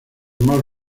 más